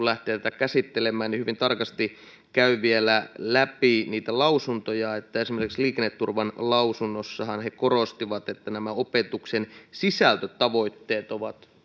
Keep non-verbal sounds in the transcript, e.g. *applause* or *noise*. *unintelligible* lähtee tätä käsittelemään hyvin tarkasti käy vielä läpi niitä lausuntoja esimerkiksi liikenneturvan lausunnossahan korostettiin että opetuksen sisältötavoitteet